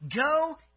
Go